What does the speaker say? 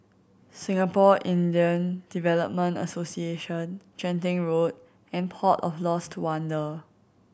Singapore Indian Development Association Genting Road and Port of Lost Wonder